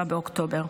ב-7 באוקטובר.